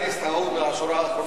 הכהניסט ההוא מהשורה האחרונה שם.